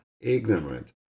ignorant